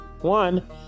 One